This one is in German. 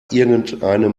irgendeinem